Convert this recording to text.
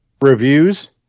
Reviews